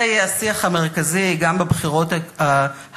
זה יהיה השיח המרכזי גם בבחירות הקרובות,